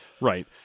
right